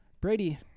Brady